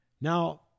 Now